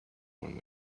when